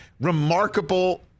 remarkable –